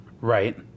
Right